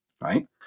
right